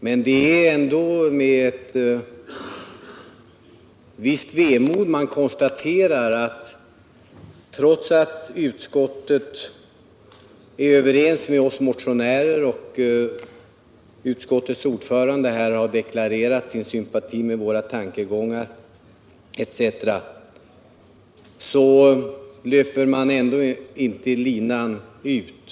Men det är ändå med ett visst vemod man konstaterar att — trots att utskottet är överens med oss motionärer och trots att utskottets ordförande här har deklarerat sin sympati med våra tankegångar etc. — utskottet ändå inte löper linan ut.